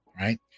right